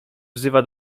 wzywa